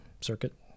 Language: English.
circuit